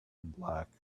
black